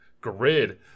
Grid